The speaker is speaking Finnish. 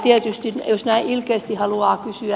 tietysti jos näin ilkeästi haluaa kysyä